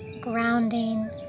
grounding